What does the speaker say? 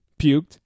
puked